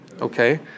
okay